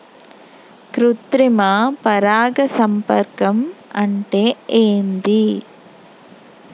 కృత్రిమ పరాగ సంపర్కం అంటే ఏంది?